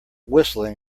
whistling